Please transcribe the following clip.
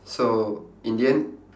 so in the end